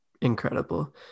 incredible